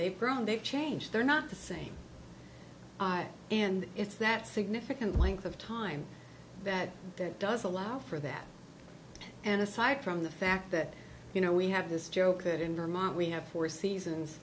they've grown they've changed they're not the same i and it's that significant length of time that that does allow for that and aside from the fact that you know we have this joke that in vermont we have four seasons